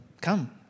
come